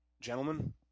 gentlemen